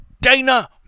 Dana